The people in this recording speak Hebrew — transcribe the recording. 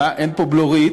אין פה בלורית,